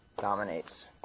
dominates